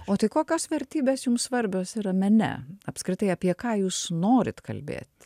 o tai kokios vertybės jums svarbios yra mene apskritai apie ką jūs norit kalbėt